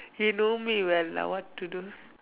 you know me when lah what to do